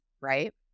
right